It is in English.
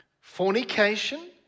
fornication